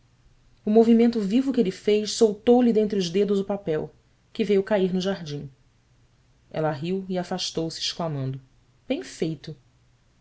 o movimento vivo que ele fez soltou lhe dentre os dedos o papel que veio cair no jardim ela riu e afastou-se exclamando em feito